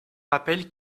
rappelle